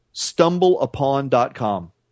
stumbleupon.com